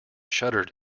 shuddered